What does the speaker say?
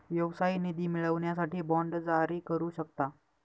व्यवसाय निधी मिळवण्यासाठी बाँड जारी करू शकता